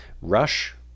Rush